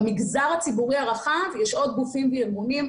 במגזר הציבורי הרחב יש עוד גופים וארגונים,